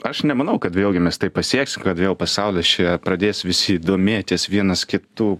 aš nemanau kad vėlgi mes taip pasieksim kad vėl pasaulis čia pradės visi domėtis vienas kitu